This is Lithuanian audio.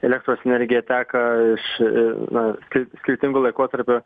elektros energija teka iš na skir skirtingu laikotarpiu